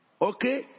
Okay